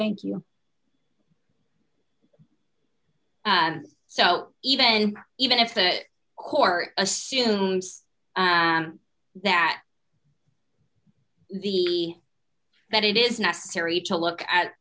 thank you so even even if the court assumes that the that it is necessary to look at